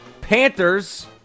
Panthers